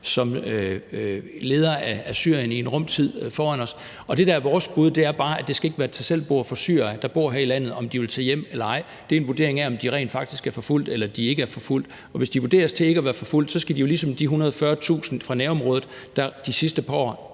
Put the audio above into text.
som leder af Syrien i en rum tid foran os, og det, der bare er vores bud, er, at det ikke skal være et tag selv-bord for syrere, der bor her i landet, om de vil tage hjem eller ej. Men det er en vurdering af, om de rent faktisk er forfulgte eller de ikke er forfulgte, og hvis de vurderes til ikke at være forfulgte, skal de jo ligesom de 140.000 fra nærområdet, der de sidste par år